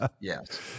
yes